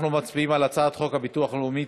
אנחנו מצביעים על הצעת חוק הביטוח הלאומי